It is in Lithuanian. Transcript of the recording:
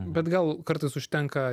bet gal kartais užtenka